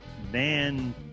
Van